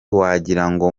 wagirango